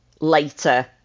later